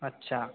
अच्छा